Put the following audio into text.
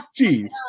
Jeez